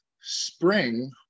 spring